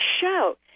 show